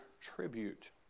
tribute